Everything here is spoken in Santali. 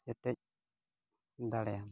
ᱥᱮᱴᱮᱡ ᱫᱟᱲᱮᱭᱟᱢᱟ